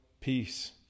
peace